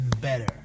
better